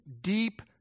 deep